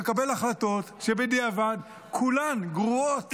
מקבל החלטות שבדיעבד כולן גרועות.